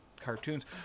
cartoons